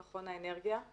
ממכון האנרגיה.